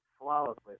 flawlessly